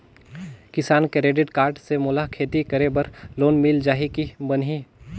किसान credit card से मोला खेती करे बर लोन मिल जाहि की बनही??